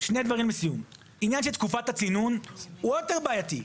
שני דברים לסיום: עניין של תקופת הצינון הוא עוד יותר בעייתי.